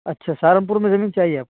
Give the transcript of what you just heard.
اچھا سہارنپور میں زمین چاہیے آپ